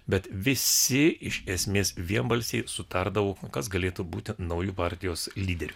bet visi iš esmės vienbalsiai sutardavo kas galėtų būti nauju partijos lyderiu